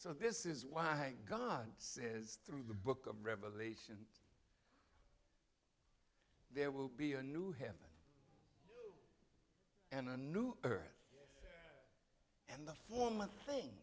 so this is why god says through the book of revelation there will be a new heaven and a new earth and the former thing